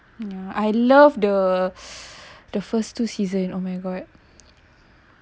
ya I love the the the first two season oh my god